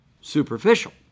superficial